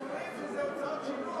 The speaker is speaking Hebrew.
הם אומרים שזה הוצאות שינוע.